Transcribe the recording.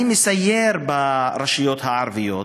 אני מסייר ברשויות הערביות,